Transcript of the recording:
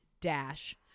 dash